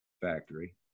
factory